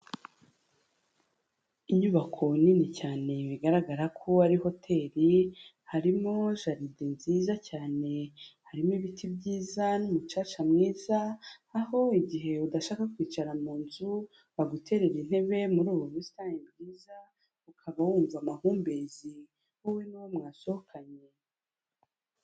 Inyubako nini cyane bigaragara ko ari hoteri, harimo jaride nziza cyane, harimo ibiti byiza n'umucaca mwiza, aho igihe udashaka kwicara mu nzu, baguterera intebe muri ubu busitani bwiza ukaba wumva amahumbezi wowe n'uwo mwasohokanye.